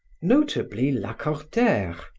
notably lacordaire,